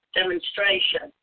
demonstration